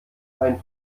ein